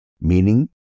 meaning